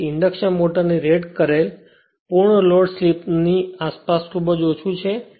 તેથી ઇન્ડક્શન મોટરની રેટ કરેલ પૂર્ણ લોડ સ્લિપની આસપાસ ખૂબ જ ઓછું છે